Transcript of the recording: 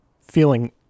feeling